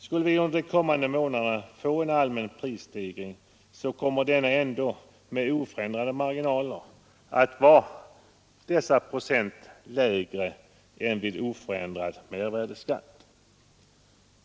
Skulle vi under de kommande månaderna få en allmän prisstegring kommer denna ändå, med oförändrade marginaler, att vara dessa procent lägre än vid oförändrad mervärdeskatt.